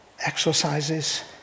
exercises